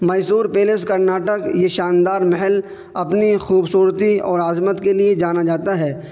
Mysore palace Karnataka یہ شاندار محل اپنی خوبصورتی اور عظمت کے لیے جانا جاتا ہے